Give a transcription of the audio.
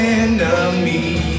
enemy